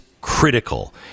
critical